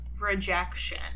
rejection